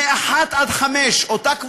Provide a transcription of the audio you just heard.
מ-1 עד 5,